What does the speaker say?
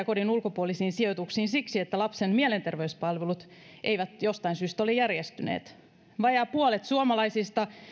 kodin ulkopuolisiin sijoituksiin usein siksi että lapsen mielenterveyspalvelut eivät jostain syystä ole järjestyneet vajaa puolet suomalaisista